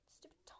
Stupid